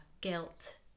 guilt